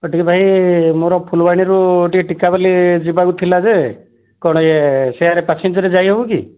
ହଁ ଟିକିଏ ଭାଇ ମୋର ଫୁଲବାଣୀରୁ ଟିକିଏ ଟୀକାବାଲି ଯିବାକୁ ଥିଲା ଯେ କ'ଣ ୟେ ସେଆଡ଼େ ପାସେଞ୍ଜର୍ରେ ଯାଇ ହେବ କି